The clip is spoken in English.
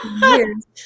years